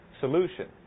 solution